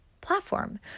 platform